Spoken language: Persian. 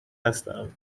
هستم